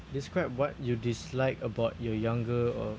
describe what you dislike about your younger uh